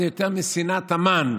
זה יותר משנאת המן,